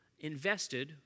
Invested